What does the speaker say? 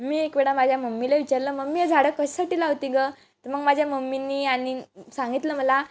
मी एकवेळा माझ्या मम्मीला विचारलं मम्मी हे झाडं कशासाठी लावते गं तर मग माझ्या मम्मीने आणि सांगितलं मला